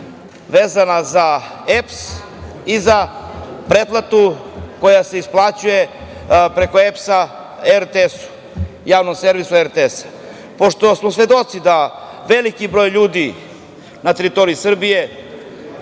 vezana za EPS i za pretplatu koja se isplaćuje preko EPS-a Javnom servisu RTS-a. Pošto smo svedoci da veliki broj ljudi na teritoriji Srbije